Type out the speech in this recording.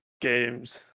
games